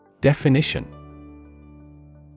Definition